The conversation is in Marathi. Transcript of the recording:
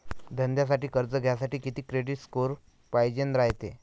धंद्यासाठी कर्ज घ्यासाठी कितीक क्रेडिट स्कोर पायजेन रायते?